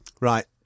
Right